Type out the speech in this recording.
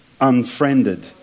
unfriended